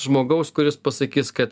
žmogaus kuris pasakys kad